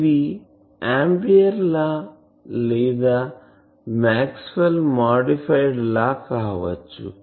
ఇది Ampere law లేదా Maxwell's modified లాMaxwell's modified law కావచ్చు